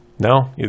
No